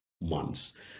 months